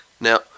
Now